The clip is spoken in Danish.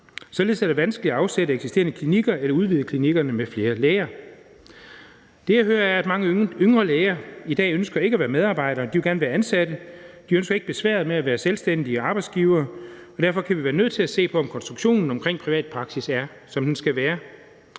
Således er det vanskeligt at afsætte eksisterende klinikker eller udvide klinikkerne med flere læger. Det, jeg hører, er, at mange yngre læger i dag ikke ønsker at være medejere; de vil gerne være ansatte. De ønsker ikke besværet med at være selvstændige arbejdsgivere, og derfor kan vi være nødt til at se på, om konstruktionen omkring privat praksis er, som den skal være.